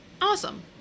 Awesome